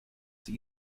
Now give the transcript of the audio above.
sie